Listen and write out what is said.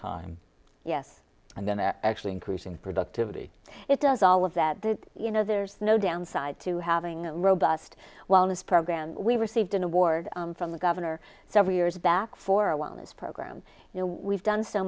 supine yes and then actually increasing productivity it does all of that that you know there's no downside to having a robust wellness program we received an award from the governor several years back for awhile this program we've done so